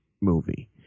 movie